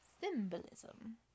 symbolism